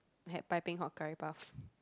I had piping hot curry puff